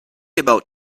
about